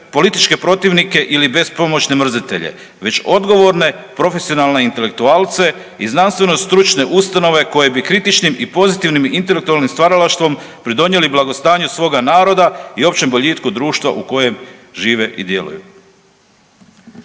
političke protivnike ili bespomoćne mrzitelje već odgovorne profesionalne intelektualce i znanstveno stručne ustanove koje bi kritičnim i pozitivnim intelektualnim stvaralaštvom pridonijeli blagostanju svoga naroda i općem boljitku društva u kojem žive i djeluju.